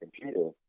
computer